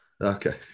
Okay